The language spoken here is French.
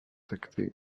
contacté